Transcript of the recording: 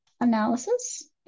analysis